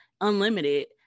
unlimited